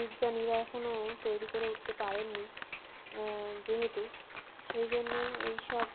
বিজ্ঞানীরা এখনও তৈরি করে উঠতে পারেননি যেহেতু সেই জন্যে এই সব